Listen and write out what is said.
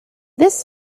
this